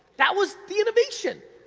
that was the innvovation!